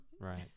Right